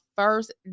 first